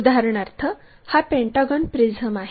उदाहरणार्थ हा pentagon prism आहे